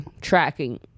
tracking